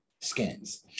skins